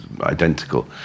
identical